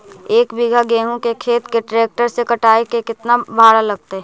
एक बिघा गेहूं के खेत के ट्रैक्टर से कटाई के केतना भाड़ा लगतै?